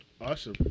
Awesome